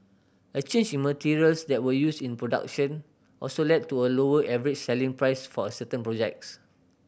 a change in materials that were used in production also led to a lower average selling price for a certain projects